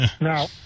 Now